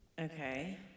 Okay